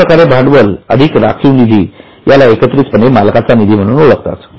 अशाप्रकारे भांडवल अधिक राखीव निधी याला एकत्रितपणे मालकाचा निधी म्हणून ओळखतात